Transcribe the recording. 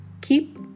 keep